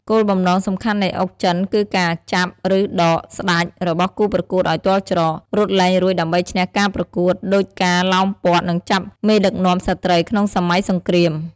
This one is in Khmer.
គោលបំណងសំខាន់នៃអុកចិនគឺការ «ចាប់» ឬ «ដក» «ស្តេច» របស់គូប្រកួតឱ្យទាល់ច្រក រត់លែងរួចដើម្បីឈ្នះការប្រកួត ដូចការឡោមព័ទ្ធ និងចាប់មេដឹកនាំសត្រូវក្នុងសម័យសង្គ្រាម។